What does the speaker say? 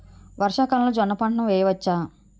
వర్షాకాలంలో జోన్న పంటను వేయవచ్చా?